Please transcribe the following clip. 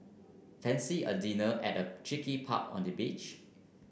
fancy a dinner at a cheeky pub on the beach